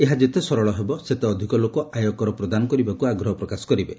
ଏହା ଯେତେ ସରଳ ହେବ ସେତେ ଅଧିକ ଲୋକ ଆୟକର ପ୍ରଦାନ କରିବାକୁ ଆଗ୍ରହ ପ୍ରକାଶ କରିବେ